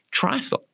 triathlon